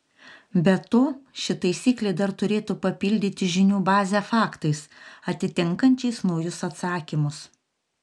be to ši taisyklė dar turėtų papildyti žinių bazę faktais atitinkančiais naujus atsakymus